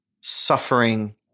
suffering